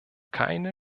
keine